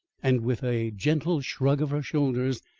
and, with a gentle shrug of her shoulders,